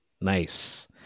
Nice